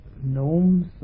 gnomes